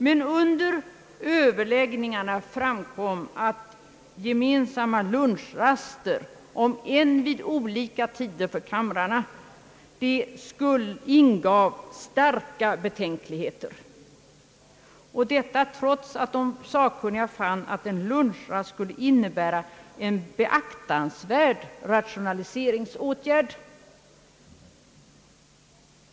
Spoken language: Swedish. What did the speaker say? Men under överläggningarna framkom att gemensamma lunchraster — om än vid olika tider för de båda kamrarna — »ingav starka betänkligheter« och detta trots att de sakkunniga fann att en lunchrast skulle innebära »en beaktansvärd rationaliseringsåtgärd«.